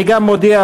אני גם מודיע,